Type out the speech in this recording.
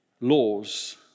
laws